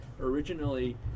originally